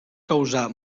causar